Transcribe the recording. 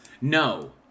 No